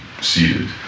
seated